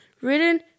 written